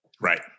Right